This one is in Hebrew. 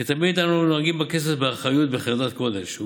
כתמיד, אנו נוהגים בכסף באחריות ובחרדת קודש.